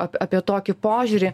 apie apie tokį požiūrį